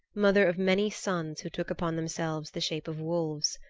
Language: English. mother of many sons who took upon themselves the shapes of wolves.